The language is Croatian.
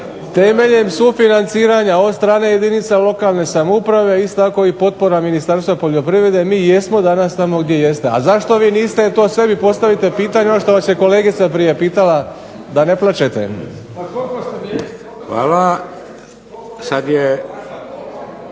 Temeljem sufinanciranja od strane jedinica lokalne samouprave, isto tako i potpora Ministarstva poljoprivrede mi jesmo danas tamo gdje jesmo, a zašto vi niste to sebi postavite pitanje ono što vas je kolegica prije pitala, da ne plačete. **Šeks,